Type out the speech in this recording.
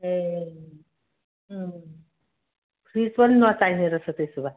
ए fridge पनि नचाहिने रहेछ त्यसो भए